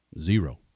zero